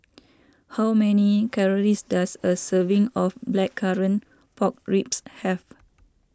how many calories does a serving of Blackcurrant Pork Ribs have